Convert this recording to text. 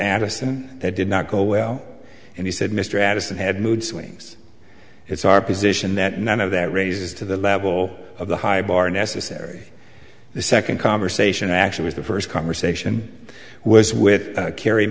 addison that did not go well and he said mr addison had mood swings it's our position that none of that raises to the level of the high bar necessary the second conversation actually was the first conversation was with carr